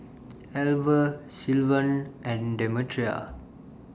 Alver Sylvan and Demetria